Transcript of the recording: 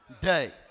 day